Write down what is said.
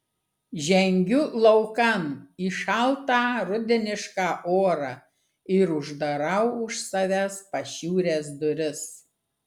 žengiu laukan į šaltą rudenišką orą ir uždarau už savęs pašiūrės duris